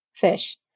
Fish